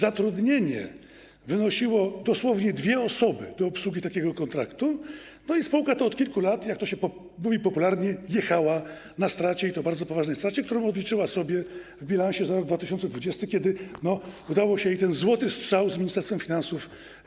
Zatrudnienie wynosiło dosłownie dwie osoby do obsługi takiego kontraktu i spółka ta od kilku lat, jak to się mówi popularnie, jechała na stracie, i to bardzo poważnej, którą odliczyła sobie w bilansie za rok 2020, kiedy udało się jej uzyskać ten złoty strzał z Ministerstwem Finansów.